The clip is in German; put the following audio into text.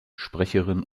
sprecherin